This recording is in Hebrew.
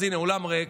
אז הינה, האולם ריק.